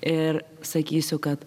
ir sakysiu kad